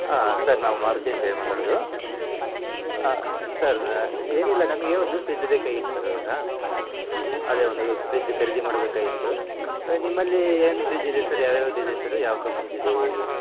ಹಾಂ ಸರ್ ನಾವು ಮಾರುತಿ ಅಂತೇಳಿ ಮಾತಾಡೋದು ಸರ್ ಏನಿಲ್ಲ ನಮಗೆ ಒಂದು ಫ್ರಿಜ್ ಬೇಕಾಗಿತ್ತು ಸರ್ ಇವಾಗ ಅದೆ ಒಂದು ಫ್ರಿಜ್ ಖರೀದಿ ಮಾಡಬೇಕಾಗಿತ್ತು ನಿಮ್ಮಲ್ಲಿ ಏನು ಫ್ರಿಜ್ ಇದೆ ಸರ್ ಯಾವ ಯಾವ್ದು ಇದೆ ಸರ್ ಯಾವ ಕಂಪ್ನಿದು ಇದೆ ಹೇಗೆ